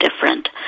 different